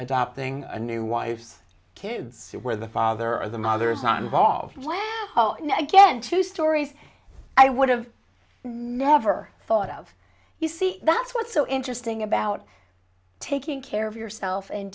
adopting a new wives kids where the father or the mother is not involved you know again two stories i would have never thought of you see that's what's so interesting about taking care of yourself and